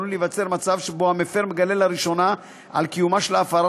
עלול להיווצר מצב שבו המפר מגלה לראשונה על קיומה של ההפרה